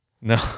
No